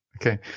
Okay